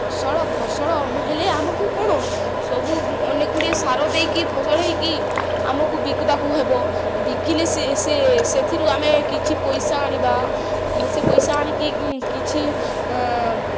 ଫସଲ ଫସଲ ହେଲେ ଆମକୁ କ'ଣ ସବୁ ଅନେକଗୁଡ଼ିଏ ସାର ଦେଇକି ଫସଲ ହେଇକି ଆମକୁ ବିକିବାକୁ ହେବ ବିକିଲେ ସେ ସେ ସେଥିରୁ ଆମେ କିଛି ପଇସା ଆଣିବା ସେ ପଇସା ଆଣିକି କିଛି